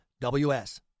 WS